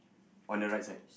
on the right side